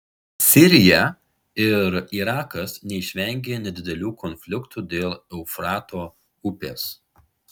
sirija ir irakas neišvengė nedidelių konfliktų dėl eufrato upės